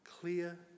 clear